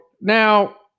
now